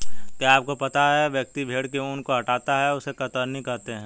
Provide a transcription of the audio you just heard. क्या आपको पता है व्यक्ति भेड़ के ऊन को हटाता है उसे कतरनी कहते है?